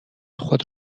خود